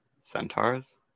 centaurs